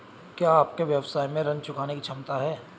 क्या आपके व्यवसाय में ऋण चुकाने की क्षमता है?